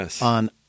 on